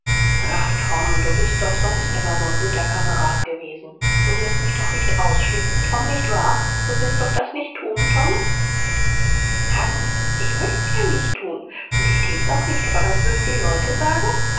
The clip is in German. ach tom du bist doch sonst immer so'n guter kamerad gewesen du wirst mich doch nicht ausschließen tom nicht wahr du wirst doch das nicht tun tom huck ich möcht's ja nicht tun und ich tät's auch nicht aber was würden die leute sagen